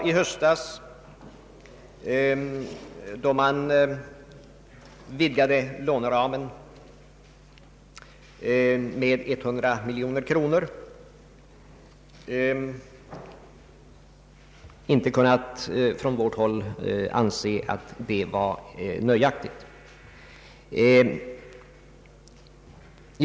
I höstas utvidgades låneramen med 100 miljoner kronor, vilket vi icke ansåg vara nöjaktigt.